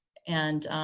and